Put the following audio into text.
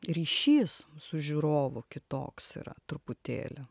ryšys su žiūrovu kitoks yra truputėlį